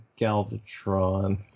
galvatron